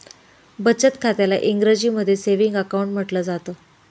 बचत खात्याला इंग्रजीमध्ये सेविंग अकाउंट म्हटलं जातं